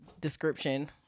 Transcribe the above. description